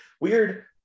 weird